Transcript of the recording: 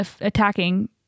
attacking